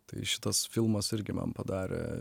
tai šitas filmas irgi man padarė